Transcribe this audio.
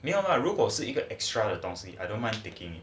没有 lah 如果是一个 extra 的东西 I don't mind taking